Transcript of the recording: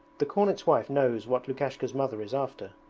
the cornet's wife knows what lukashka's mother is after,